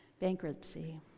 Bankruptcy